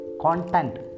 content